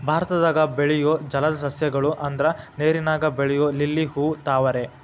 ಭಾರತದಾಗ ಬೆಳಿಯು ಜಲದ ಸಸ್ಯ ಗಳು ಅಂದ್ರ ನೇರಿನಾಗ ಬೆಳಿಯು ಲಿಲ್ಲಿ ಹೂ, ತಾವರೆ